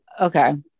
Okay